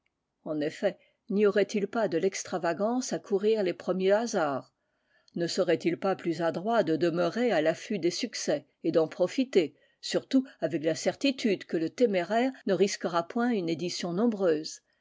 en effet n'y aurait-il pas de l'extravagance à courir les premiers hasards ne serait-il pas plus adroit de demeurer à l'affût des succès et d'en profiter surtout avec la certitude que le téméraire ne risquera point une édition nombreuse